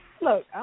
Look